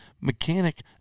mechanic